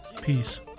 Peace